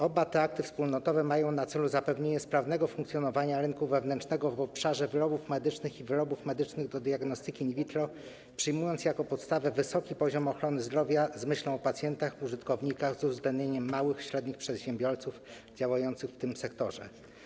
Oba te akty wspólnotowe mają na celu zapewnienie sprawnego funkcjonowania rynku wewnętrznego w obszarze wyrobów medycznych i wyrobów medycznych do diagnostyki in vitro, przyjmując jako podstawę wysoki poziom ochrony zdrowia, z myślą o pacjentach, użytkownikach, z uwzględnieniem małych i średnich przedsiębiorców działających w tym sektorze.